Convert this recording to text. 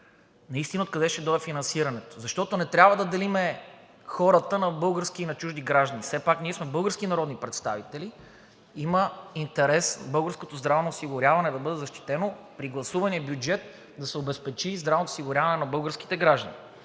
наистина откъде ще дойде финансирането. Защото не трябва да делим хората на български и на чужди граждани. Все пак ние сме български народни представители. Има интерес българското здравно осигуряване да бъде защитено, при гласувания бюджет да се обезпечи здравното осигуряване на българските граждани.